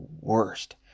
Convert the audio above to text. worst